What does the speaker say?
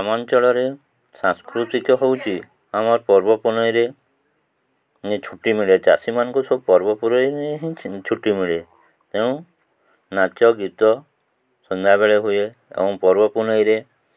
ଗ୍ରାମାଞ୍ଚଳରେ ସାଂସ୍କୃତିକ ହେଉଛି ଆମର ପର୍ବପର୍ବାଣୀରେ ଛୁଟି ମିଳେ ଚାଷୀମାନଙ୍କୁ ସବୁ ପର୍ବପର୍ବାଣୀରେ ହିଁ ଛୁଟି ମିଳେ ତେଣୁ ନାଚ ଗୀତ ସନ୍ଧ୍ୟାବେଳେ ହୁଏ ଏବଂ ପର୍ବ ପୁନେଇରେ